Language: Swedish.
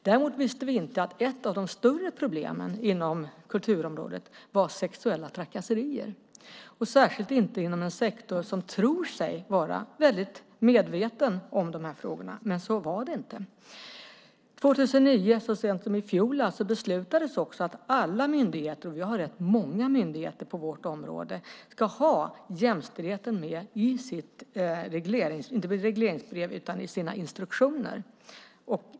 Däremot visste vi inte att ett av de större problemen inom kulturområdet var sexuella trakasserier, särskilt inte inom en sektor som tror sig vara väldigt medveten om dessa frågor. Så var det alltså inte. År 2009, alltså så sent som i fjol, beslutades också att alla myndigheter, och vi har rätt många myndigheter på vårt område, ska ha jämställdheten med i sina instruktioner.